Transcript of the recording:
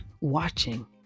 watching